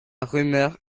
rumeur